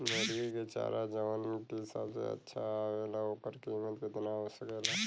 मुर्गी के चारा जवन की सबसे अच्छा आवेला ओकर कीमत केतना हो सकेला?